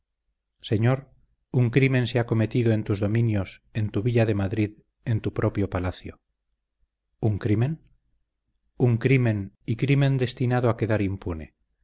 señor un crimen se ha cometido en tus dominios en tu villa de madrid en tu propio palacio un crimen un crimen y crimen destinado a quedar impune